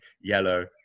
yellow